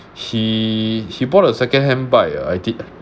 he he bought a second hand bike uh I did